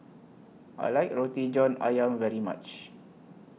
I like Roti John Ayam very much